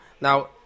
Now